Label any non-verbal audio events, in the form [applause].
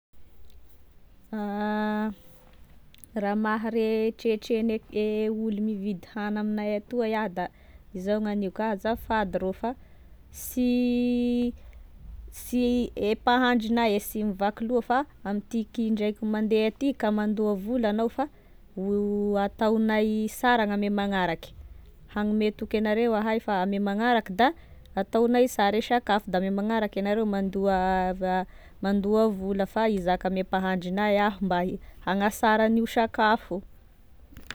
[hesitation] Raha raha mahare tretregne olo nividy hagny amignay atoa iah da izao gn'aniko azy, azafady rô fa sy [hesitation] sy e mpahandronay e sy mivaky loha fa am'tiky indraiky mandeha ty ka mandoa vola agnao fa ho ataonay sara gn'ame magnaraky hagnome toky agnareo ahay fa ame magnaraky da ataonay sara e sakafo da ame magnaraky e nareo mandoa v- mandoa vola fa hizaka ame mpahandronay aho mba hagnasara an'io sakafo io.